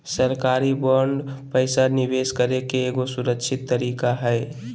सरकारी बांड पैसा निवेश करे के एगो सुरक्षित तरीका हय